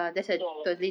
so